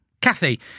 kathy